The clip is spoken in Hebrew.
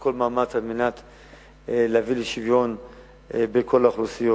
כל מאמץ להביא לשוויון בין כל האוכלוסיות.